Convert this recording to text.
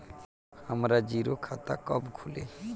हमरा जीरो खाता कब खुली?